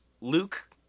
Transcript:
Luke